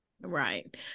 Right